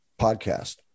Podcast